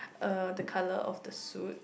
uh the colour of the suit